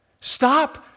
Stop